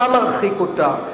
אתה מרחיק אותה.